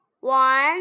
One